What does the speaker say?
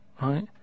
right